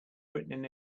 written